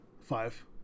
Five